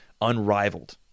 unrivaled